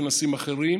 בכנסים אחרים,